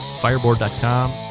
Fireboard.com